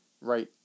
right